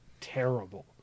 terrible